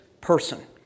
person